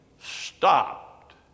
stopped